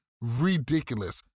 ridiculous